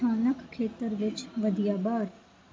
ਸਥਾਨਕ ਖੇਤਰ ਵਿੱਚ ਵਧੀਆ ਬਾਰ